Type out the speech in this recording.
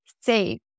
safe